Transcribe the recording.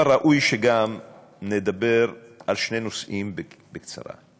אבל ראוי שגם נדבר על שני נושאים בקצרה: